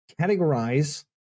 categorize